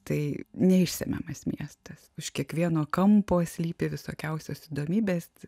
tai neišsemiamas miestas už kiekvieno kampo slypi visokiausios įdomybės